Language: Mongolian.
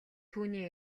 түүний